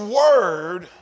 word